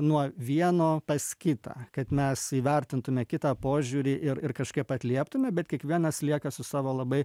nuo vieno pas kitą kad mes įvertintume kitą požiūrį ir ir kažkaip atlieptume bet kiekvienas lieka su savo labai